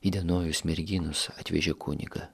įdienojus merginos atvežė kunigą